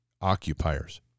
occupiers